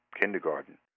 kindergarten